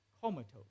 comatose